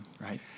right